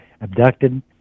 abducted